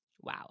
Wow